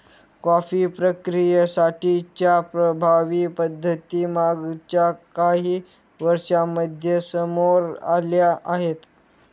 coffee प्रक्रियेसाठी च्या प्रभावी पद्धती मागच्या काही वर्षांमध्ये समोर आल्या आहेत